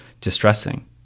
distressing